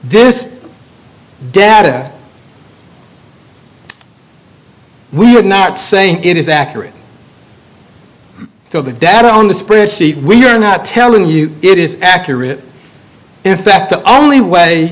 this data we're not saying is accurate so the data on the spreadsheet we're not telling you it is accurate in fact the only way